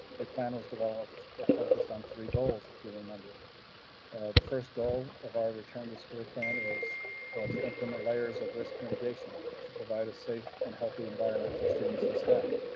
plan was developed that focused on three goals. if you remember the first goal of our return to school plan was to implement layers of risk mitigation to provide a safe and healthy environment for students and staff.